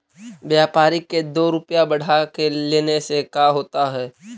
व्यापारिक के दो रूपया बढ़ा के लेने से का होता है?